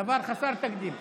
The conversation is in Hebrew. דבר חסר תקדים.